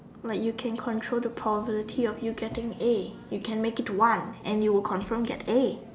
like you can control the probability of you getting a you can make it one and you will confirm get A